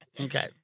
Okay